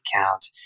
account